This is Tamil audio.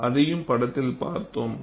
அதையும் படத்தில் பார்த்தோம்